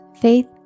faith